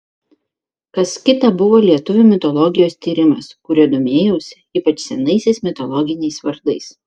kas kita buvo lietuvių mitologijos tyrimas kuriuo domėjausi ypač senaisiais mitologiniais vardais